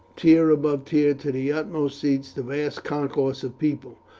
tier above tier to the uppermost seats, the vast concourse of people.